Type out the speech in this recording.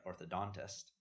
orthodontist